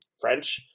French